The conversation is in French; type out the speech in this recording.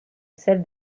celle